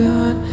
God